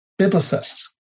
biblicists